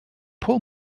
pull